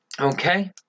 okay